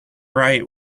right